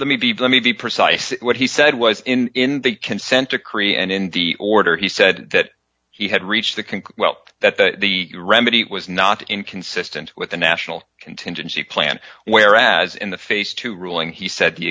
let me be blunt to be precise what he said was in the consent decree and in the order he said that he had reached the can help that the remedy was not inconsistent with the national contingency plan whereas in the face to ruling he said the